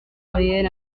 réel